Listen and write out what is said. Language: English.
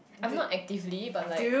I'm not actively but like